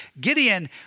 Gideon